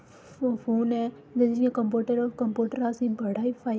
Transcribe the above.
phone ऐ जियां computer ऐ कंप्यूटर असेंगी बड़ा गै फायदा ऐ